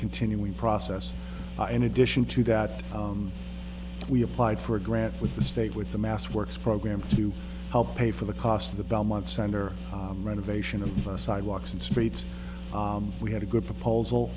continuing process in addition to that we applied for a grant with the state with the mass works program to help pay for the cost of the belmont center renovation of sidewalks and streets we had a good proposal